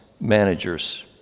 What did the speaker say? managers